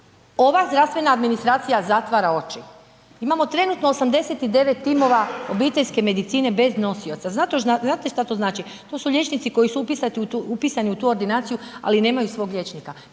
ova zdravstvena administracija zatvara oči. Imamo trenutno 89 timova obiteljske medicine bez nosioca. Znate što to znači? To su liječnici koji su upisani u tu ordinaciju ali nemaju svog liječnika